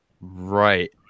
right